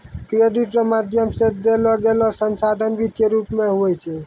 credit रो माध्यम से देलोगेलो संसाधन वित्तीय रूप मे हुवै छै